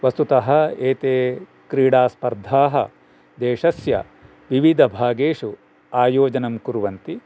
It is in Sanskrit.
वस्तुतः एते क्रीडास्पर्धाः देशस्य विविधभागेषु आयोजनं कुर्वन्ति